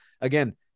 again